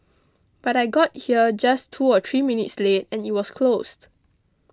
but I got here just two or three minutes late and it was closed